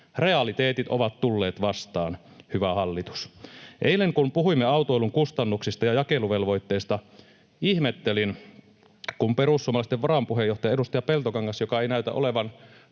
Realiteetit ovat tulleet vastaan, hyvä hallitus. Eilen kun puhuimme autoilun kustannuksista ja jakeluvelvoitteesta, ihmettelin, kun perussuomalaisten varapuheenjohtaja, edustaja Peltokangas — joka ei näytä olevan